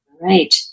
right